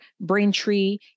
Braintree